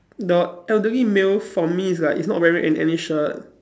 the elderly male for me is like he's not wearing an~ any shirt